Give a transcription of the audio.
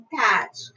patch